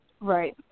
Right